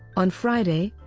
on friday,